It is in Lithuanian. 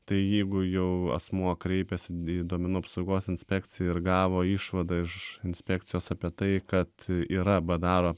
tai jeigu jau asmuo kreipiasi į duomenų apsaugos inspekciją ir gavo išvadą iš inspekcijos apie tai kad yra badaro